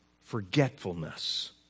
forgetfulness